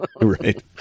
Right